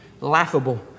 laughable